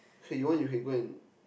okay you want you can go and